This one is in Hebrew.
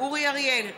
אורי אריאל,